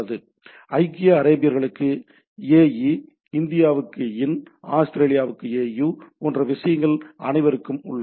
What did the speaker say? எனவே ஐக்கிய அரேபியர்களுக்கு 'ஏஇ' இந்தியாவுக்கு 'இன்' ஆஸ்திரேலியாவுக்கு ' ஏயூ' போன்ற விஷயங்கள் அனைவருக்கும் உள்ளன